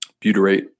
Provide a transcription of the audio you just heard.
Butyrate